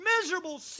miserable